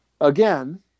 again